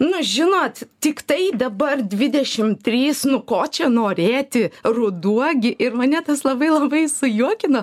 nu žinot tiktai dabar dvidešim trys nu ko čia norėti ruduo gi ir mane tas labai labai sujuokino